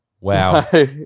Wow